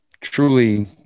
truly